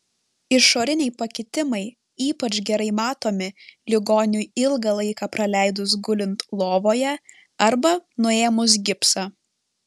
išoriniai pakitimai ypač gerai matomi ligoniui ilgą laiką praleidus gulint lovoje arba nuėmus gipsą